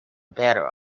better